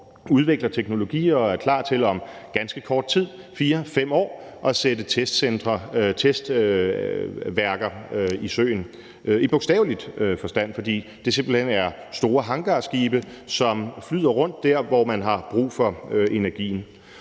udvikler teknologier og er klar til om ganske kort tid, 4-5 år, at sætte testværker i søen – i bogstavelig forstand, fordi det simpelt hen er store hangarskibe, som flyder rundt der, hvor man har brug for energien.